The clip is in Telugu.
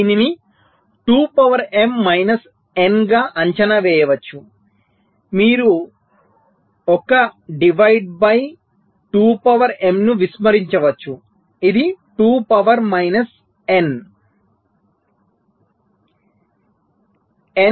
దీనిని 2 పవర్ m మైనస్ n గా అంచనా వేయవచ్చు మీరు ఈ 1 డివైడ్ బై 2 పవర్ m ను విస్మరించవచ్చు ఇది 2 పవర్ మైనస్ n